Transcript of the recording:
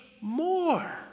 more